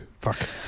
fuck